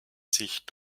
sich